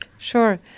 Sure